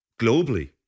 globally